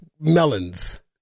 melons